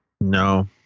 No